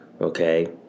okay